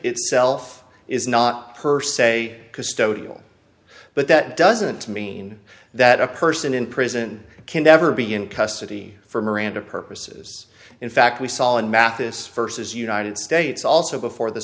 itself is not per se because sto deal but that doesn't mean that a person in prison can ever be in custody for miranda purposes in fact we saw in mathis versus united states also before the